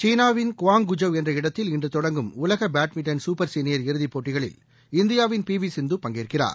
சீனாவின் குவாங்குஜவ் என்ற இடத்தில் இன்று தொடங்கும் உலக பேட்மிண்டன் சூப்பர் சீனியர் இறுதிப்போட்டிகளில் இந்தியாவின் பி வி சிந்து பங்கேற்கிறார்